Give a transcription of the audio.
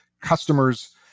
customers